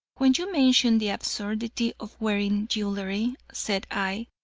when you mentioned the absurdity of wearing jewelry, said i,